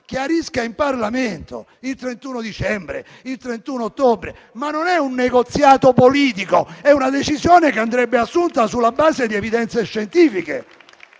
chiarisca in Parlamento: il 31 dicembre, il 31 ottobre, ma non è un negoziato politico; è una decisione che andrebbe assunta sulla base di evidenze scientifiche.